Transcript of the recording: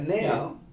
now